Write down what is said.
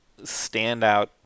standout